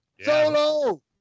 Solo